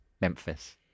memphis